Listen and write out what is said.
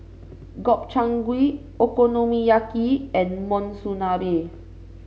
Gobchang Gui Okonomiyaki and Monsunabe